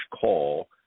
call